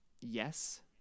Yes